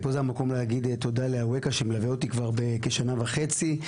ופה זה המקום להגיד תודה לאווקה שמלווה אותי כבר כשנה וחצי.